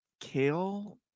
Kale